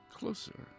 closer